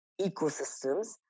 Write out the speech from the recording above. ecosystems